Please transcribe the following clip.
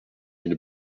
une